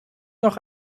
noch